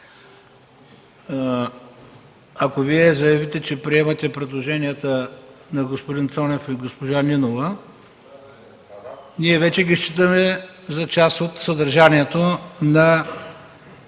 ако Вие заявите, че приемате предложенията на господин Цонев и госпожа Нинова, ние вече ги считаме за част от съдържанието на